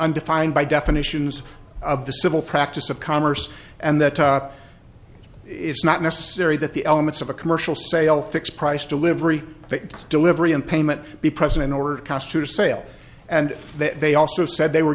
undefined by definitions of the civil practice of commerce and that it's not necessary that the elements of a commercial sale fixed price delivery delivery in payment be present in order to constitute a sale and they also said they were